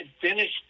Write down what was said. finished